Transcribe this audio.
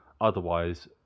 Otherwise